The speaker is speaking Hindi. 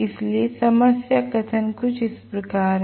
इसलिए समस्या कथन कुछ इस प्रकार है